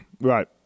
right